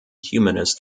humanist